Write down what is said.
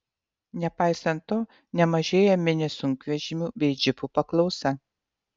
nepaisant to nemažėja mini sunkvežimių bei džipų paklausa